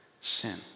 sin